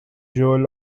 jewel